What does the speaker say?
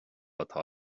atá